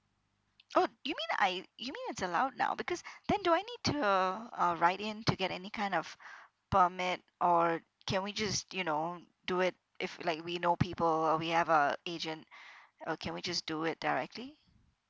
oh you mean I you mean it's allowed now because then do I need to uh write in to get any kind of permit or can we just you know do it if like we know people or we have a agent uh can we just do it directly